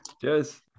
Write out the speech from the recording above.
Cheers